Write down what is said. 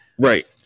Right